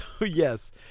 yes